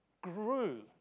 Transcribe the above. grew